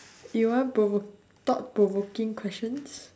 you want provoke thought provoking questions